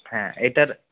হ্যাঁ এটার